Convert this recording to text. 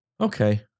Okay